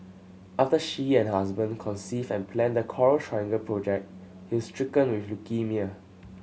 after she and her husband conceived and planned the Coral Triangle project he's stricken with leukaemia